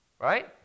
right